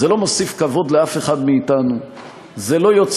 זה לא מוסיף כבוד לאף אחד מאתנו.